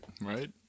right